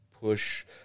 push